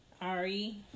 Ari